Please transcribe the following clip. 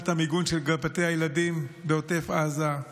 את המיגון של גני הילדים בעוטף עזה,